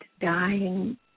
dying